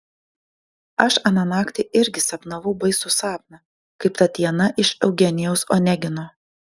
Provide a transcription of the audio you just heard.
aš aną naktį irgi sapnavau baisų sapną kaip tatjana iš eugenijaus onegino